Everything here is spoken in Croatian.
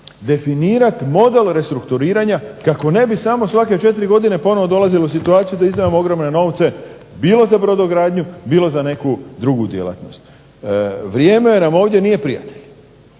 definirati model restrukturiranja kako ne bi samo svake 4 godine ponovno dolazili u situaciju da izdvajamo ogromne novce bilo za brodogradnju bilo za neku drugu djelatnost. Vrijeme nam ovdje nije prijatelj.